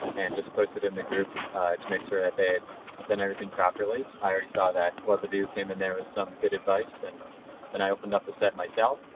and they just posted in the group to make sure that they had done everything properly. i already saw that webado came in there with some good advice, and then i opened up the site myself.